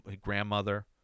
grandmother